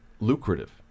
lucrative